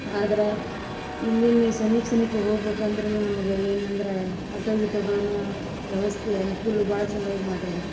ಆದರೆ ಇಲ್ಲಿಲ್ಲಿ ಸಮೀಪ ಸಮೀಪ ಹೋಗ್ಬೇಕು ಅಂದರೂನು ನಮ್ಗೆ ಏನಂದ್ರ ಆಟೋ ಗಿಟೋಗಳನ್ನು ವ್ಯವಸ್ಥೆ ಅನ್ಕೂಲ ಭಾಳ ಛಲೋ ಆಗಿ ಮಾಡ್ರ ರೀ